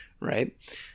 Right